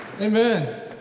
Amen